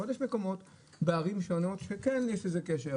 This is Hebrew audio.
אבל יש מקומות בערים שונות שכן יש איזה קשר,